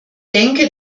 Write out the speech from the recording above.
denke